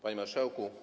Panie Marszałku!